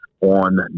on